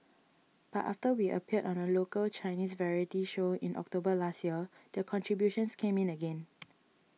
but after we appeared on a local Chinese variety show in October last year the contributions came in again